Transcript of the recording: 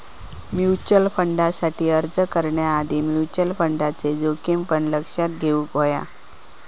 mutual फंडसाठी अर्ज करण्याआधी म्युचल फंडचे जोखमी पण लक्षात घेउक हवे